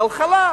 חלחלה.